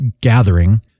gathering